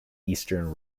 eastern